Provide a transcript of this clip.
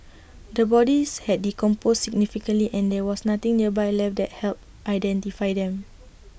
the bodies had decomposed significantly and there was nothing nearby left that helped identify them